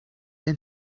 ein